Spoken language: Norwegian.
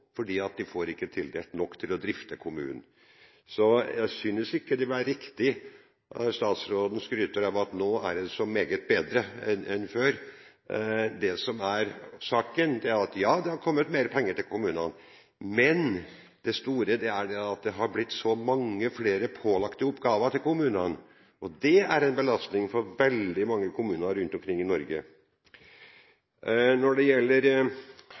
De får ikke tildelt nok til å drifte kommunen. Så jeg synes ikke det er riktig at statsråden skryter av at nå er det så meget bedre enn før. Det som er saken, er at ja, det har kommet mer penger til kommunene, men det store er at det er blitt så mange flere pålagte oppgaver til kommunene. Det er en belastning for veldig mange kommuner rundt omkring i Norge. Når det gjelder